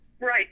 Right